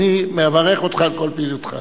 אני מברך אותך על כל פעילותך.